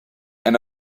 and